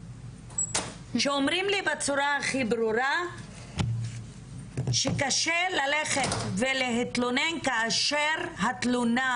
שאומרים לי בצורה הכי ברורה שקשה ללכת ולהתלונן כאשר התלונה,